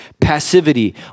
passivity